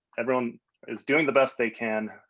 everyone is doing the best they can.